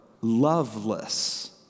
loveless